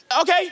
Okay